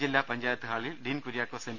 ജില്ലാ പഞ്ചായത്ത് ഹാളിൽ ഡീൻ കുര്യാക്കോസ് എം